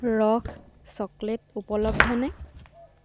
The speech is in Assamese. ৰস চকলেট উপলব্ধনে